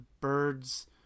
birds